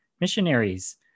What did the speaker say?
missionaries